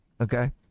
Okay